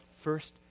first